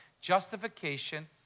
justification